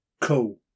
cool